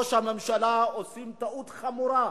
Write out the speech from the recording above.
ראש הממשלה, עושים טעות חמורה.